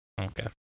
okay